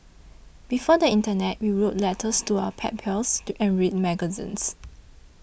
before the internet we wrote letters to our pen pals and read magazines